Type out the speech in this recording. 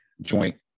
joint